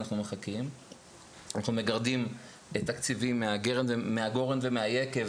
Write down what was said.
אנחנו מגרדים תקציבים מהגורן ומהיקב,